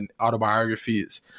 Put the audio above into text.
autobiographies